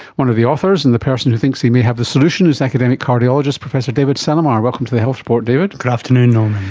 one of the authors and the person who thinks he may have the solution is academic cardiologist professor david celermajer. welcome to the health report, david. good afternoon norman.